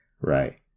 Right